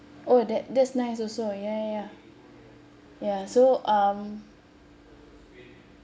oh that that's nice also ya ya ya so um